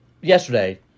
yesterday